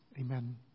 Amen